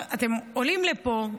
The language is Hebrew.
אתם עולים לפה,